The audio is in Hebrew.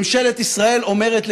ממשלת ישראל אומרת לאזרחיה: